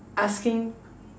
asking